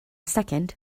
second